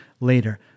later